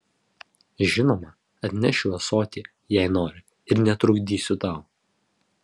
žinoma atnešiu ąsotį jei nori ir netrukdysiu tau